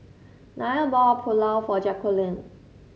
Nyah bought Pulao for Jacquline